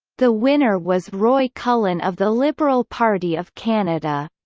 the winner was roy cullen of the liberal party of canada.